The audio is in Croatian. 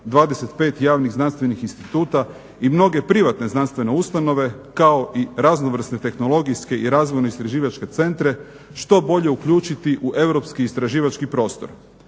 25 javnih znanstvenih instituta i mnoge privatne znanstvene ustanove, kao i raznovrsne tehnologijske i razvojno-istraživačke centre, što bolje uključiti u europski istraživački prostor.